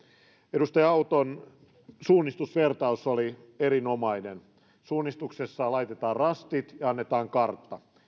edustaja auton suunnistusvertaus oli erinomainen suunnistuksessa laitetaan rastit ja annetaan kartta